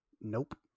Nope